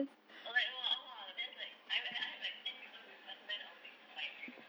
like !wah! !whoa! that's like I I have like ten people who just nice I want to invite you know